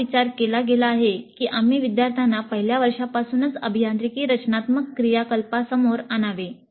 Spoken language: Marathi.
असा विचार केला गेला आहे की आम्ही विद्यार्थ्यांना पहिल्या वर्षापासूनच अभियांत्रिकी रचनात्मक क्रियाकलापांसमोर आणावे